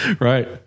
right